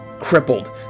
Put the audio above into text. crippled